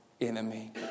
enemy